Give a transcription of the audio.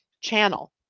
channel